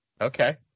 Okay